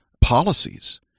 policies